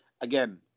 again